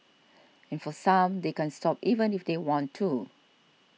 and for some they can't stop even if they want to